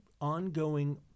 ongoing